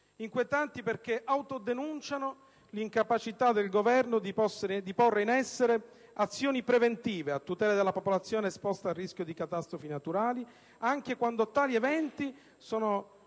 Inquietanti perché autodenunciano l'incapacità del Governo di porre in essere azioni preventive a tutela della popolazione esposta al rischio di catastrofi naturali, anche quando tali eventi sono